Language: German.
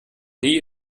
nie